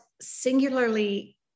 singularly